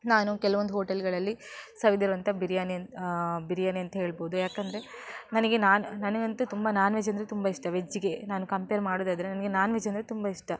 ನಾನು ಕೆಲವೊಂದು ಹೋಟೆಲುಗಳಲ್ಲಿ ಸವಿದಿರುವಂಥ ಬಿರಿಯಾನಿ ಅಂತ ಬಿರಿಯಾನಿ ಅಂತೇಳ್ಬೋದು ಯಾಕಂದರೆ ನನಗೆ ನಾನು ನನಗಂತೂ ತುಂಬ ನಾನ್ವೆಜ್ ಅಂದರೆ ತುಂಬ ಇಷ್ಟ ವೆಜ್ಗೆ ನಾನು ಕಂಪೇರ್ ಮಾಡೋದಾದರೆ ನನಗೆ ನಾನ್ವೆಜ್ ಅಂದರೆ ತುಂಬ ಇಷ್ಟ